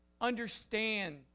understand